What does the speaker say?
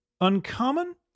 Uncommon